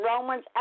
Romans